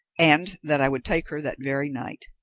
and that i would take her that very night.